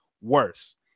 worse